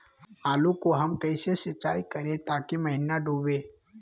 आलू को हम कैसे सिंचाई करे ताकी महिना डूबे?